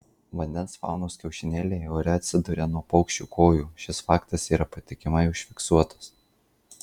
vandens faunos kiaušinėliai ore atsiduria nuo paukščių kojų šis faktas yra patikimai užfiksuotas